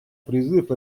призыв